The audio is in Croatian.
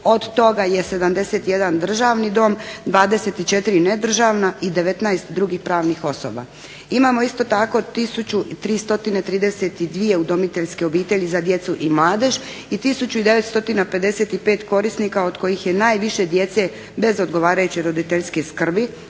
Od toga je 71 državni dom, 24 nedržavna i 19 drugih pravnih osoba. Imamo isto tako 1332 udomiteljske obitelji za djecu i mladež i 1955 korisnika od kojih je najviše djece bez odgovarajuće roditeljske skrbi